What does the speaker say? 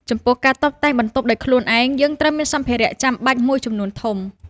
ចំពោះ ការតុបតែងបន្ទប់ដោយខ្លួនឯង យើងត្រូវមានសម្ភារៈចំបាច់មួយចំនួនធំ។